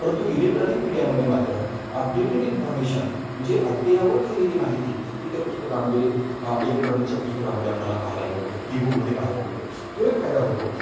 परंतु इलेक्ट्रॉनिक मीडियामध्ये मात्र अपडेटेड इन्फॉर्मेशन म्हणजे अद्ययावत केलेली माहिती ही त्या पुस्तकामध्ये इलेक्ट्रॉनिक्सच्या पुस्तकामध्ये आपल्याला पाहायला मिळते ई बुक मध्ये पाहायला मिळते तो एक फायदा होतो